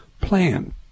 plan